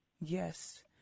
Yes